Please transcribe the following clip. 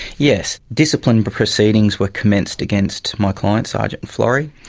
yes, discipline proceedings were commenced against my client, sergeant flori,